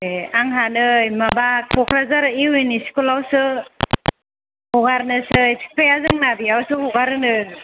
ए आंहा नै माबा क'कराझार इउ एन स्कुलावसो हगारनोसै बिफाया जोंना बेयावसो हगारोनो